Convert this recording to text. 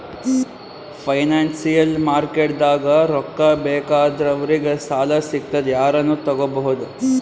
financial ಮಾರ್ಕೆಟ್ದಾಗ್ ರೊಕ್ಕಾ ಬೇಕಾದವ್ರಿಗ್ ಸಾಲ ಸಿಗ್ತದ್ ಯಾರನು ತಗೋಬಹುದ್